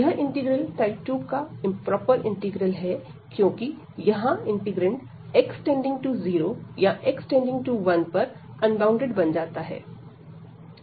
यह integral type 2 का improper integral है क्योंकि यह इंटीग्रैंड x→0 या x→1 पर अनबॉउंडेड बन सकता है